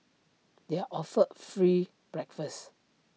they are offered free breakfast